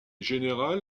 général